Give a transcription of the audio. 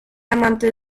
amante